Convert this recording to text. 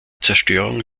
zerstörung